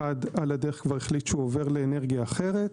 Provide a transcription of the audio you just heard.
אחד על הדרך החליט שהוא עובר לאנרגיה אחרת.